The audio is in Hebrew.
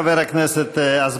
תודה, חבר הכנסת אזברגה.